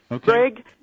Greg